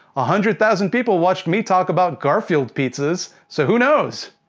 ah hundred thousand people watched me talk about garfield pizzas. so who knows?